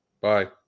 Bye